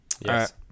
Yes